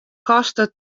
kostet